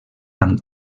amb